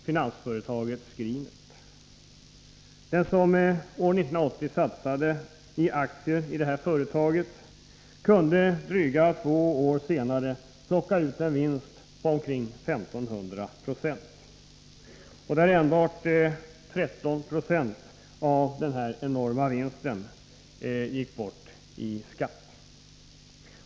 Den som år 1980 satsade i aktier i detta företag kunde drygt två år senare plocka ut en vinst på ca 1500 20. Bara 13 90 av den enorma vinsten gick bort i skatt.